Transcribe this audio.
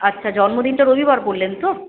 আচ্ছা জন্মদিনটা রবিবার বললেন তো